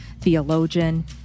theologian